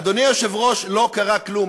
אדוני היושב-ראש, לא קרה כלום.